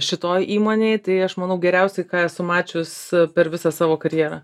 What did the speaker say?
šitoje įmonėje tai aš manau geriausia ką esu mačius per visą savo karjerą